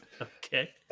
Okay